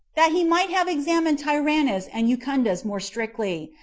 that he might have examined tyrannus and jucundus more strictly,